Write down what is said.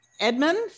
Edmund